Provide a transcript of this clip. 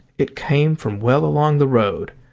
it came from well along the road.